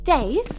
Dave